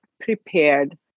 prepared